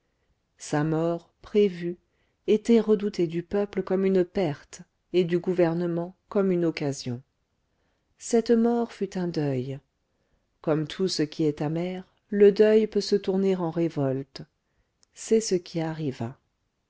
sa mort prévue était redoutée du peuple comme une perte et du gouvernement comme une occasion cette mort fut un deuil comme tout ce qui est amer le deuil peut se tourner en révolte c'est ce qui arriva